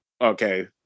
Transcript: okay